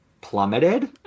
plummeted